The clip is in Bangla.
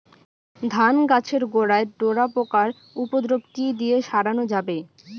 ধান গাছের গোড়ায় ডোরা পোকার উপদ্রব কি দিয়ে সারানো যাবে?